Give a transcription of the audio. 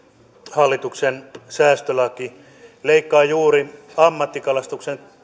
hallituksen säästölaki leikkaa juuri ammattikalastuksen